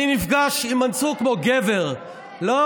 אני נפגש עם מנסור כמו גבר, לא